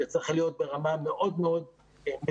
זה צריך להיות ברמה מאוד מאוד מדודה,